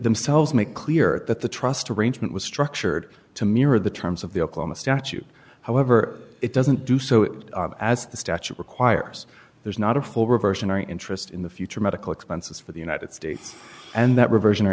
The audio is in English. themselves make clear that the trust arrangement was structured to mirror the terms of the oklahoma statute however it doesn't do so as the statute requires there's not a full reversionary interest in the future medical expenses for the united states and that revers